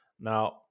now